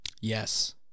Yes